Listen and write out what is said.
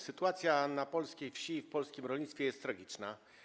Sytuacja na polskiej wsi i w polskim rolnictwie jest tragiczna.